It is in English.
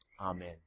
Amen